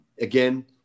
Again